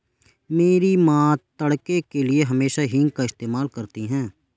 मेरी मां तड़के के लिए हमेशा हींग का इस्तेमाल करती हैं